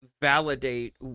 validate